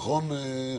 נכון?